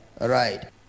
Right